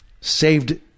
saved